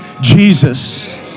Jesus